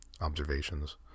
observations